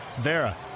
Vera